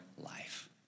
life